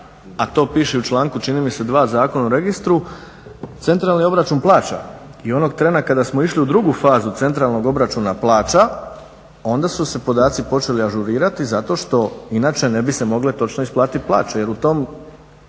a to piše i u članku čini mi se 2. Zakona o registru COP i onog trena kada smo išli u drugu fazu COP-a onda su se podaci počeli ažurirati zato što inače ne bi se mogle točno isplatiti plaće. Jer u tom